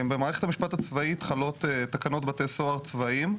במערכת המשפט הצבאית חלות תקנות בתי סוהר צבאיים.